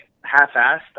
half-assed